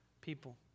people